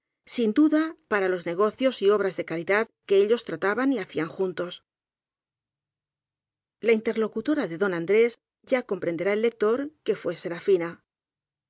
sin duda para los negocios y obras de caridad que ellos trataban y hacían juntos la interlocutora de don andrés ya comprende rá el lector que fué serafina